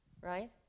right